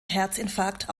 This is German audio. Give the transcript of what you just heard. herzinfarkt